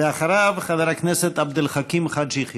ואחריו, חבר הכנסת עבד אל חכים חאג' יחיא.